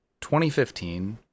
2015